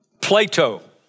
Plato